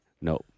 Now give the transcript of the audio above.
No